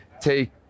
take